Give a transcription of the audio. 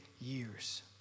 years